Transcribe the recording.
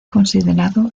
considerado